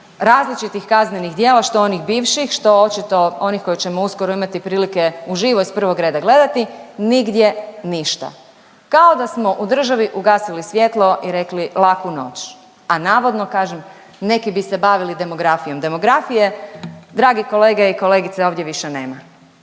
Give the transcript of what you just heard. različitih kaznenih djela, što onih bivših, što očito onih koje ćemo uskoro imati prilike uživo iz prvog reda gledati, nigdje ništa, kao da smo u državi ugasili svjetlo i rekli laku noć, a navodno kažem, neki bi se bavili demografijom. Demografije, dragi kolege i kolegice ovdje više nema.